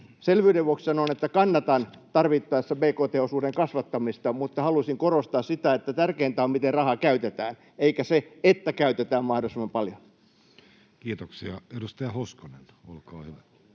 Selvyyden vuoksi sanon, että kannatan tarvittaessa bkt-osuuden kasvattamista, mutta halusin korostaa sitä, että tärkeintä on, miten raha käytetään, eikä se, että käytetään mahdollisimman paljon. [Speech 47] Speaker: Jussi